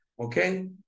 Okay